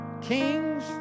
kings